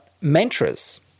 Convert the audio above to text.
mantras